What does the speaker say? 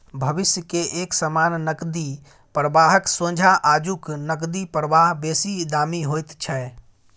भविष्य के एक समान नकदी प्रवाहक सोंझा आजुक नकदी प्रवाह बेसी दामी होइत छै